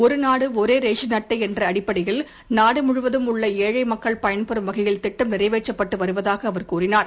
ஒரு நாடு ஒரு ரேஷன் அட்டை என்ற அடிப்படையில் நாடு முழுவதும் உள்ள ஏழை மக்கள் பயன்பெறும் வகையில் திட்டம் நிறைவேற்றப்பட்டு வருவதாக அவர் கூறினார்